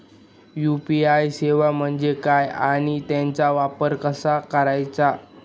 UPI सेवा म्हणजे काय आणि त्याचा वापर कसा करायचा?